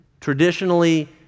traditionally